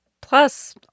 Plus